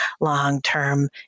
long-term